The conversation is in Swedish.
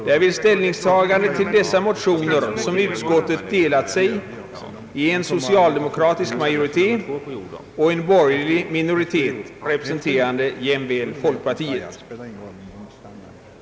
Det är i ställningstagandet till dessa motioner som utskottet delat sig i en socialdemokratisk majoritet och en borgerlig minoritet, representerande jämväl folkpartiet.